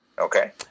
Okay